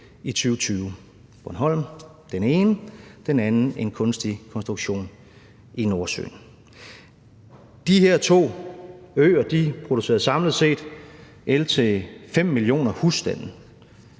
i 2020. Bornholm er den ene, og den anden er en kunstig konstruktion i Nordsøen. De her to øer producerer samlet set el til 5 millioner husstande.